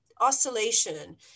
oscillation